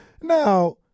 now